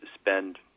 spend